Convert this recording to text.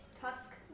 Tusk